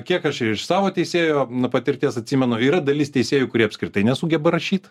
kiek aš iš savo teisėjo patirties atsimenu yra dalis teisėjų kurie apskritai nesugeba rašyt